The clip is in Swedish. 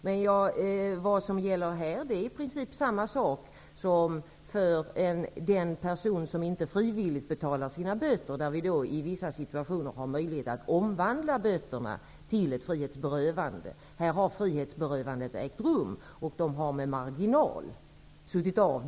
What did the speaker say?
Det som gäller i det här fallet är i princip detsamma som när en person inte frivilligt betalar sina böter, och vi i vissa situationer har möjlighet att omvandla böterna till ett frihetsberövande. Här har frihetsberövandet ägt rum.